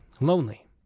lonely